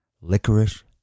licorice